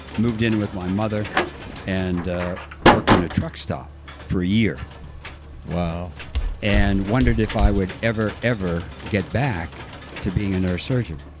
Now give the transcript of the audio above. moved in with my mother and ah worked in a truck stop for a year wow and wondered if i would ever, ever get back to being a neurosurgeon